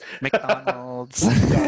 McDonald's